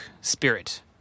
spirit